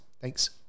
Thanks